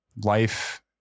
Life